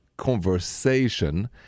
conversation